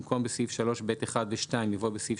במקום 'בסעיף 3(ב)(1) ו־(2)'